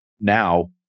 now